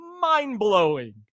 mind-blowing